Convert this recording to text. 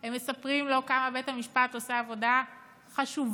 הם מספרים כמה בית המשפט עושה עבודה חשובה